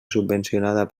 subvencionada